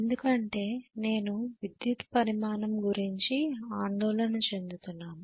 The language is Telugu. ఎందుకంటే నేను విద్యుత్ పరిమాణం గురించి ఆందోళన చెందుతున్నాను